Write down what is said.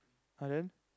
ah then